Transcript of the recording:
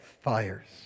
fires